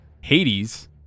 Hades